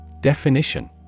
Definition